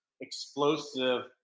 explosive